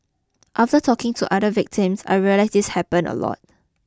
after talking to other victims I realised this happens a lot